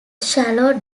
shallow